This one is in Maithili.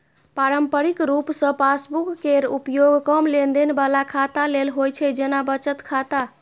पारंपरिक रूप सं पासबुक केर उपयोग कम लेनदेन बला खाता लेल होइ छै, जेना बचत खाता